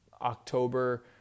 October